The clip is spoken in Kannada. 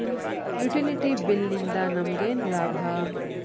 ಯುಟಿಲಿಟಿ ಬಿಲ್ ನಿಂದ್ ನಮಗೇನ ಲಾಭಾ?